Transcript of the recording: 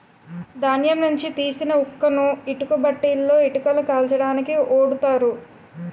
ధాన్యం నుంచి తీసిన ఊకను ఇటుక బట్టీలలో ఇటుకలను కాల్చడానికి ఓడుతారు